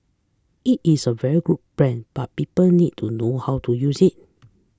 it is a very good plan but people need to know how to use it